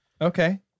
okay